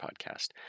podcast